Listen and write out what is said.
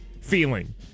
feeling